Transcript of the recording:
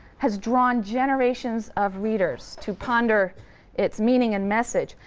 has drawn generations of readers to ponder its meaning and message.